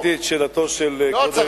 הבנתי את שאלתו של כבוד היושב-ראש,